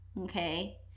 okay